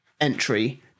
entry